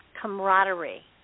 camaraderie